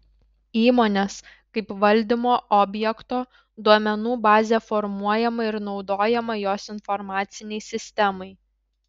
įmonės kaip valdymo objekto duomenų bazė formuojama ir naudojama jos informacinei sistemai